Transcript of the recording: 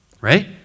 right